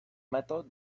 method